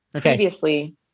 previously